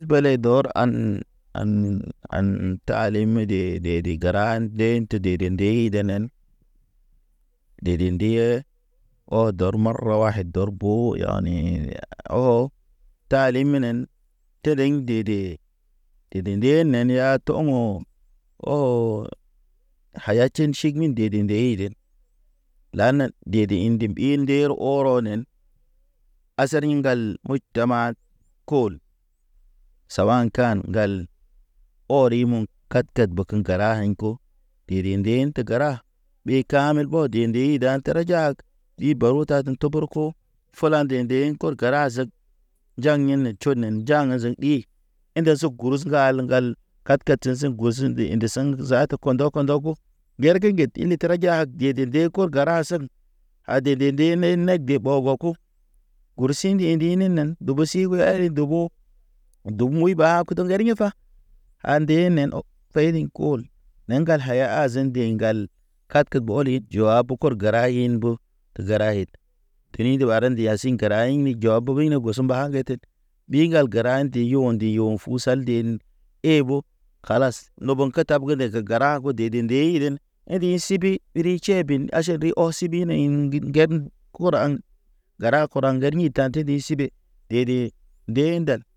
Bele dɔr an, an mumu, an nəta ta ale mede, dede gar, gəra an de tete dede ndey de nen. Dede ndiye. Ɔ dɔr marway dɔr bo yani, o, o tali menen təliŋ dede, dede nde ya nen tɔŋɔ. o, o haya tʃen miɲ dede ndey den lanen dede indim ɓi nder ɔrɔ nen asar iŋgal moy tama kol. Sawan kan gal, ɔri muŋ katkat beke gəra aŋ ko. Ndiri din te gəra, ɓe kamel ɓɔ di ndeyi dan tara jag ɓi baru ta ten toborko. Fula nde ndeŋ kor kora zek njan yene tʃonen nja̰ ezen i. Inda suk gurus ŋgal-ŋgal katkat teseŋ goseŋ inde zaata kɔndɔ ko. Gerge ŋged ile tra jag je nde de kor gəra a saŋ. A dede nde ney nek de ɓɔgɔ ku, gursi ndi ndine nen, dubu si ulu ari dogo. Dubu muy ɓa kud ŋgari fa, a ndenen ɔ fayni kol ne ŋgal haya hazan deŋgal. Katke ɓɔliŋ jwa bo kɔr gəra in bo, te gəra ye tini nde baren nde yasiŋ in gəra ini jwɔ bege ini gɔs mba gete, ɓi ŋgal gəra ndi yo ndi yo. Usal de ni ee bo, kalas loben katab ge dede gəra bo deden ndey ren. Enri sibi, iri ʃeben aʃa ri ɔ sibi ɓine in ŋgid ŋgeden ura aŋ, gəra kura aŋgel ni tanti ɓe si be dede, de indak.